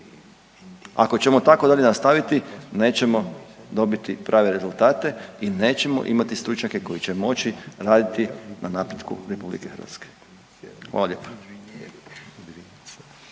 Ako ćemo tako dalje nastaviti nećemo dobiti prave rezultate i nećemo imati stručnjake koji će moći raditi na napretku RH. Hvala lijepo.